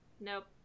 Nope